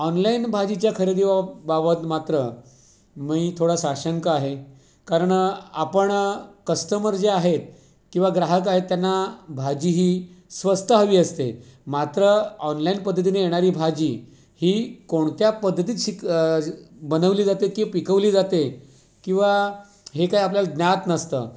online भाजीच्या खरेदीबाब बाबत मात्र मी थोडा साशंक आहे कारण आपण कस्टमर जे आहेत किवा ग्राहक आहेत त्यांना भाजी ही स्वस्त हवी असते मात्र ऑनलाईन पद्धतीने येणारी भाजी ही कोणत्या पद्धतीत शिक बनवली जाते की पिकवली जाते किंवा हे काय आपल्याला ज्ञात नसतं